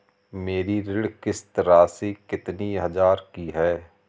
मेरी ऋण किश्त राशि कितनी हजार की है?